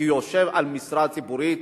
כי הוא יושב על משרה ציבורית